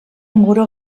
muro